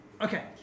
Okay